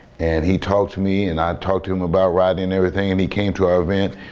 and he talked to me and i talked to him about writing everything and he came to our event.